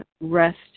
rest